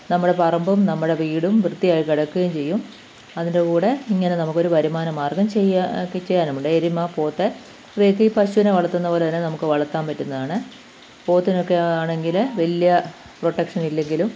നമ്മുടെ പറമ്പും നമ്മുടെ വീടും വൃത്തിയായി കിടക്കുകയും ചെയ്യും അതിന്റെ കൂടെ ഇങ്ങനെ നമുക്കൊരു വരുമാന മാർഗ്ഗം ചെയ്യാൻ ചെയ്യാനുമുണ്ട് എരുമ പോത്ത് ഇവയൊക്കെ പശുവിനെ വളർത്തുന്നത് പോലെ തന്നെ നമുക്ക് വളർത്താൻ പറ്റുന്നതാണ് പോത്തിനൊക്കെ ആണെങ്കിൽ വലിയ പ്രൊട്ടക്ഷനില്ലെങ്കിലും